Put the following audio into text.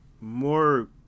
more